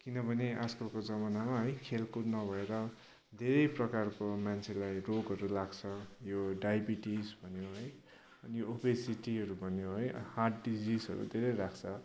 किनभने आजकलको जमानामा है खेलकुद नभएर धेरै प्रकारको मान्छेलाई रोगहरू लाग्छ यो डाइबिटिज भन्यो है अनि यो ओबेसिटीहरू भन्ने है यो हार्ट डिजिसहरू धेरै लाग्छ